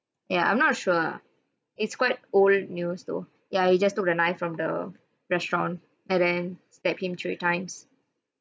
yeah I'm not sure it's quite old news though ya he just took the knife from the restaurant and then stabbed him three times